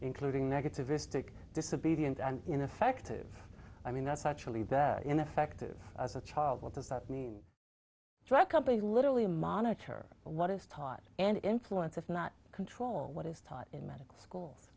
including negative istic disobedient and ineffective i mean that's actually that and effective as a child what does that mean drug companies literally monitor what is taught and influence if not control what is taught in